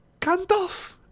Gandalf